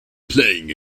playing